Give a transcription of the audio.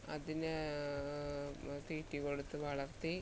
അതിന് തീറ്റി കൊടുത്ത് വളർത്തി